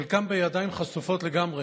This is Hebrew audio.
חלקם בידיים חשופות לגמרי,